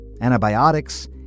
Antibiotics